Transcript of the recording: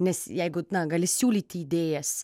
nes jeigu gali siūlyti idėjas